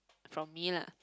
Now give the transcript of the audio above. from me lah